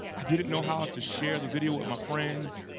i didn't know how to share the video with my friends,